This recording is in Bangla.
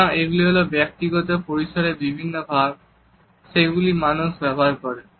সুতরাং এগুলি হলো ব্যক্তিগত পরিসরের বিভিন্ন ভাগ সেগুলি মানুষ ব্যবহার করে